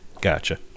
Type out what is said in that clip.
Gotcha